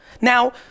Now